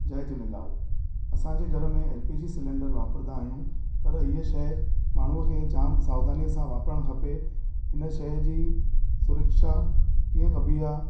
जय झूलेलाल असांजे घर में एल पी जी सिलेंडर वापरींदा आहियूं पर हीअं शइ माण्हूअ खे जाम सावधानीअ सां वापरणु खपे हुन शइ जी सुरक्षा कीअं कबी आहे